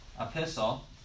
epistle